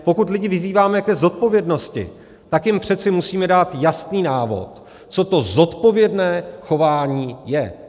Pokud lidi vyzýváme k zodpovědnosti, tak jim přece musíme dát jasný návod, co to zodpovědné chování je.